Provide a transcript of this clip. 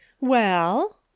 Well